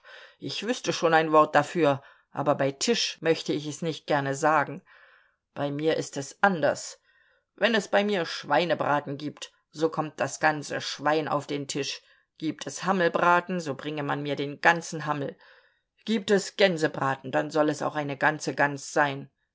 ich wüßte schon ein wort dafür aber bei tisch möchte ich es nicht gerne sagen bei mir ist es anders wenn es bei mir schweinebraten gibt so kommt das ganze schwein auf den tisch gibt es hammelbraten so bringe man mir den ganzen hammel gibt es gänsebraten dann soll es auch eine ganze gans sein